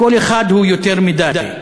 כל אחד הוא יותר מדי,